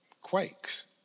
quakes